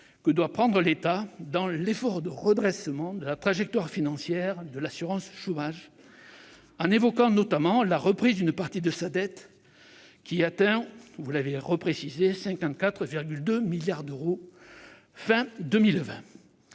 que doit prendre l'État dans l'effort de redressement de la trajectoire financière de l'assurance chômage, en évoquant notamment la reprise d'une partie de la dette de celle-ci, qui a atteint 54,2 milliards d'euros à la